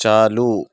چالو